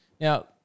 Now